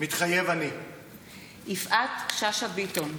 מתחייב אני יפעת שאשא ביטון,